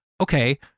okay